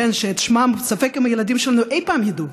שאת שמם ספק אם הילדים שלנו אי פעם ידעו,